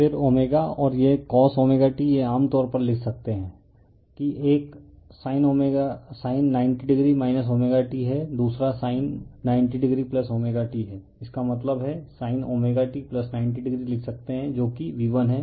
फिर ω और यह cosω t यह आमतौर पर लिख सकते है कि एक sin 90o ω t है दूसरा sin 90oω t है इसका मतलब है sinω t 90o लिख सकते हैं जो कि V1है